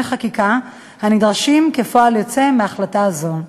חקיקה הנדרשים כפועל יוצא מהחלטה זו.